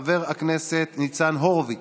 חבר הכנסת ניצן הורוביץ,